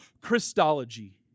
Christology